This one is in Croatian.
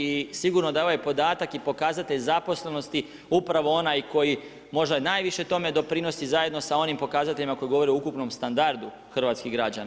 I sigurno da je ovaj podatak i pokazatelj zaposlenosti upravo onaj koji možda i najviše tome doprinosi zajedno sa onim pokazateljima koji govore o ukupnom standardu hrvatskih građana.